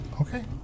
Okay